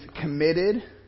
committed